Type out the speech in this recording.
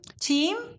team